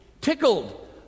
tickled